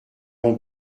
vont